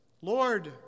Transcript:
Lord